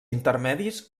intermedis